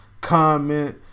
comment